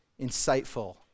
insightful